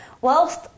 whilst